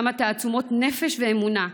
כמה תעצומות נפש ואמונה,